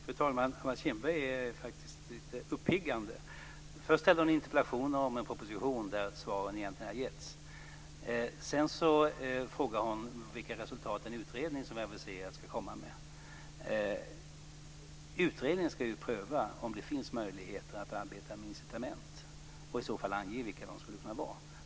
Fru talman! Anna Kinberg är faktiskt lite uppiggande. Först framställde hon en interpellation om en proposition där svaren redan har getts. Sedan frågade hon vilka resultat som den aviserade utredningen ska komma fram till. Utredningen ska ju pröva om det finns möjligheter att arbeta med incitament och i så fall ange vilka de skulle kunna vara.